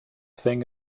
thing